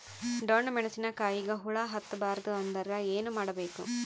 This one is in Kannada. ಡೊಣ್ಣ ಮೆಣಸಿನ ಕಾಯಿಗ ಹುಳ ಹತ್ತ ಬಾರದು ಅಂದರ ಏನ ಮಾಡಬೇಕು?